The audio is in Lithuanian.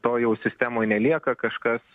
to jau sistemoj nelieka kažkas